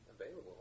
available